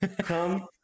Come